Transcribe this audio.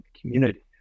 community